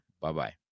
Bye-bye